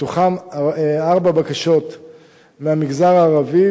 ומתוכן ארבע בקשות מהמגזר הערבי.